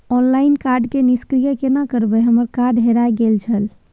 Online card के निष्क्रिय केना करबै हमर कार्ड हेराय गेल छल?